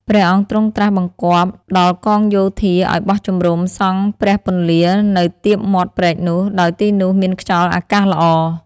ព្រះអង្គទ្រង់ត្រាស់បង្គាប់ដល់កងយោធាឲ្យបោះជំរំុ សង់ព្រះពន្លានៅទៀបមាត់ព្រែកនោះ ដោយទីនោះមានខ្យល់អាកាសល្អ ។